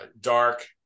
dark